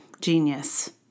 genius